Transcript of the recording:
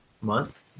month